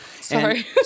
Sorry